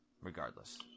regardless